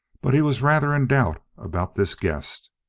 but he was rather in doubt about this guest.